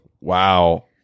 Wow